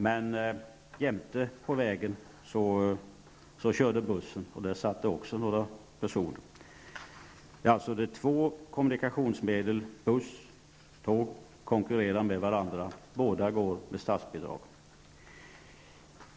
Men jämte på vägen körde bussen, och också där satt några personer. konkurrerar alltså med varandra, och båda får statsbidrag.